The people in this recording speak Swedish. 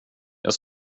jag